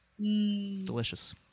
Delicious